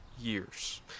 years